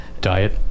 Diet